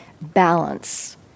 balance